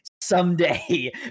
someday